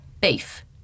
beef